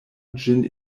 ĝin